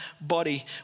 body